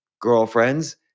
girlfriends